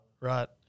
right